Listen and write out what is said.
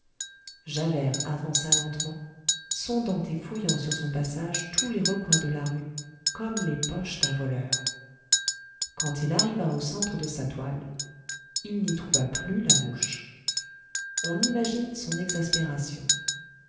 javert avança lentement sondant et fouillant sur son passage tous les recoins de la rue comme les poches d'un voleur quand il arriva au centre de sa toile il n'y trouva plus la mouche on imagine son exaspération